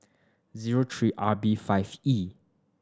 zero three R B five E